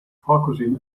focusing